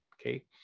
okay